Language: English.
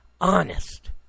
honest